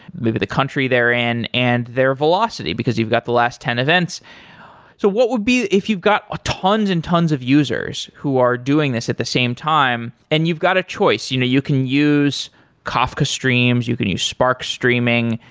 maybe the country they're in and their velocity, because you've got the last ten events so what would be if you've got ah tons and tons of users who are doing this at the same time and you've got a choice, you know you can use kafka streams, you can use spark streaming,